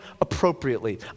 appropriately